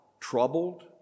troubled